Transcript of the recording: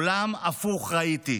עולם הפוך ראיתי: